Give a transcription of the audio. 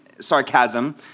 sarcasm